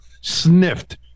sniffed